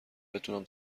بتونم